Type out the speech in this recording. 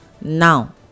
Now